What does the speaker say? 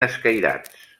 escairats